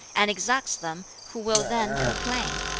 and exacts them, who will then complain?